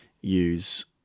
use